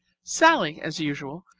sallie, as usual,